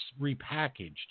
repackaged